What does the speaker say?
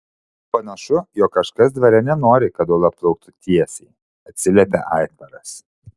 panašu jog kažkas dvare nenori kad uola plauktų tiesiai atsiliepė aitvaras